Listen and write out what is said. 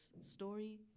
story